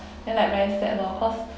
then like very sad lor cause